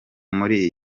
muri